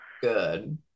good